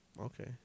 Okay